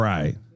Right